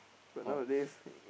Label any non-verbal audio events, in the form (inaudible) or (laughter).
but nowadays (noise)